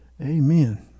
amen